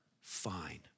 fine